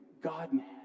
God-man